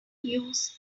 use